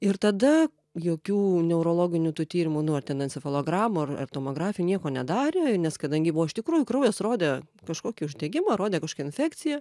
ir tada jokių neurologinių tų tyrimų nu ar ten encefalogramų ar ar tomografių nieko nedarė nes kadangi buvo iš tikrųjų kraujas rodė kažkokį uždegimą rodė koškią infekciją